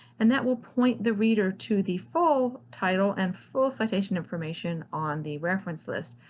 and that will point the reader to the full title and full citation information on the reference list.